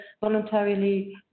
voluntarily